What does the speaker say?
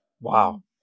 Wow